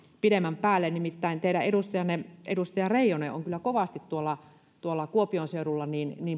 pidemmän päälle nimittäin teidän edustajanne edustaja reijonen on kyllä kovasti tuolla tuolla kuopion seudulla